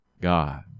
God